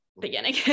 beginning